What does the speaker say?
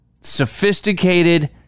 sophisticated